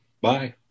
Bye